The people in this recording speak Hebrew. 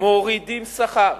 מורידים שכר,